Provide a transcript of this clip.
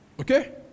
Okay